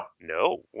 No